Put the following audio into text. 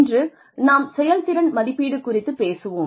இன்று நாம் செயல்திறன் மதிப்பீடு குறித்து பேசுவோம்